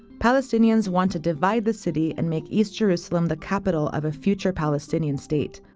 palestinians want to divide the city and make east jerusalem the capital of a future palestinian state,